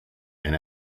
and